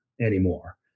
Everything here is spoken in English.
anymore